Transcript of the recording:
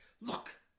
look